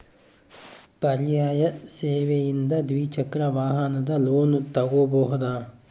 ಪರ್ಯಾಯ ಸೇವೆಯಿಂದ ದ್ವಿಚಕ್ರ ವಾಹನದ ಲೋನ್ ತಗೋಬಹುದಾ?